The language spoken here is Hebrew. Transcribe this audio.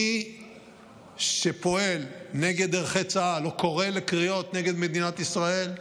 מי שפועל נגד ערכי צה"ל או קורא קריאות נגד מדינת ישראל,